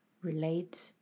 relate